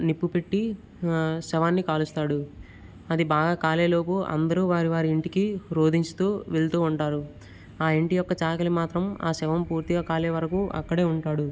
నిప్పు పెట్టి శవాన్ని కాలుస్తాడు అది బాగా కాలేలోపు అందరూ వారి వారి ఇంటికి రోదించుతూ వెళుతూ ఉంటారు ఆ ఇంటి యొక్క చాకలి మాత్రం ఆ శవం పూర్తిగా కాలే వరకు అక్కడే ఉంటాడు